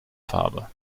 farbe